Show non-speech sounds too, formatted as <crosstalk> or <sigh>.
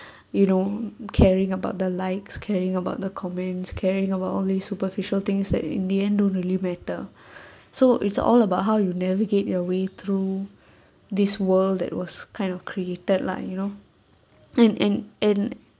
you know caring about the likes caring about the comments caring about all these superficial things that in the end don't really matter <breath> so it's all about how you navigate your way through this world that was kind of created lah you know and and and